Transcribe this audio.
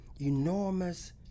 enormous